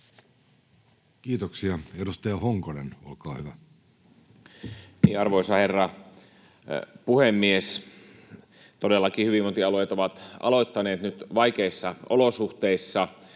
Time: 17:28 Content: Arvoisa herra puhemies! Todellakin hyvinvointialueet ovat aloittaneet nyt vaikeissa olosuhteissa,